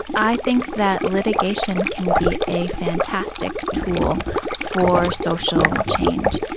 i think that litigation can be a fantastic tool for social change,